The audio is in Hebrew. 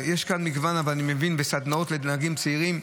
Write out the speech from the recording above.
יש כאן מגוון סדנאות לנהגים צעירים,